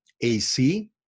AC